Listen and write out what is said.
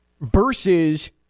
versus